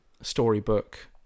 storybook